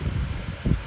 I think